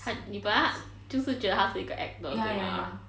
他你本来他就是觉得他就是一个 actor 是吗